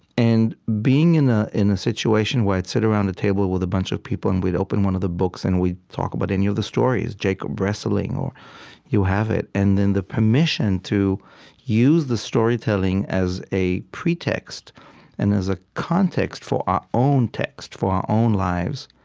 and being in a in a situation where i'd sit around a table with a bunch of people, and we'd open one of the books, and we'd talk about any of the stories jacob wrestling, or you have it and then the permission to use the storytelling as a pretext and as a context for our own text, for our own lives,